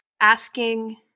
asking